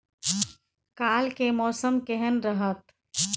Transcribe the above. काल के मौसम केहन रहत?